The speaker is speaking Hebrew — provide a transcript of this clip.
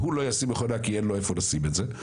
הוא לא ישים מכונה כי אין לו איפה לשים את זה.